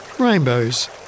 rainbows